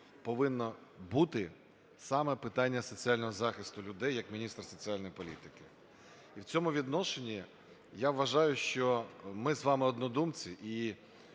повинно бути саме питання соціального захисту людей, як міністр соціальної політики. І в цьому відношенні, я вважаю, що ми з вами однодумці.